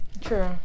True